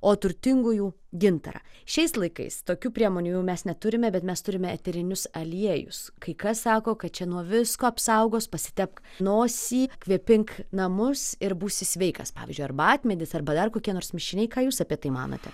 o turtingųjų gintarą šiais laikais tokių priemonių jau mes neturime bet mes turime eterinius aliejus kai kas sako kad čia nuo visko apsaugos pasitepk nosį kvėpink namus ir būsi sveikas pavyzdžiui arbatmedis arba dar kokie nors mišiniai ką jūs apie tai manote